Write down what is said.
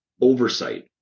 oversight